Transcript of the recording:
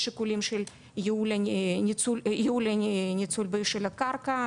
יש שיקולים של ניהול ניצול של הקרקע,